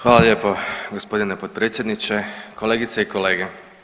Hvala lijepo gospodine potpredsjedniče, kolegice i kolege.